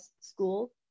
school